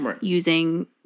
using